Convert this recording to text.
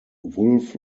wolf